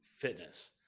fitness